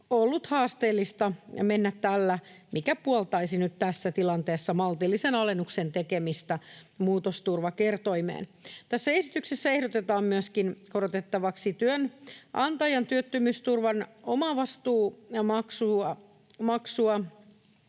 ollut haasteellista mennä tällä, mikä puoltaisi nyt tässä tilanteessa maltillisen alennuksen tekemistä muutosturvakertoimeen. Tässä esityksessä ehdotetaan myöskin korotettavaksi työnantajan työttömyysturvan omavastuumaksua